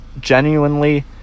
genuinely